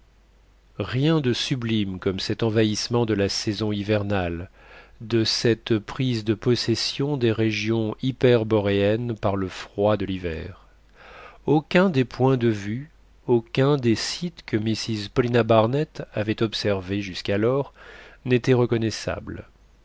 rien de sublime comme cet envahissement de la saison hivernale de cette prise de possession des régions hyperboréennes par le froid de l'hiver aucun des points de vue aucun des sites que mrs paulina barnett avait observés jusqu'alors n'était reconnaissable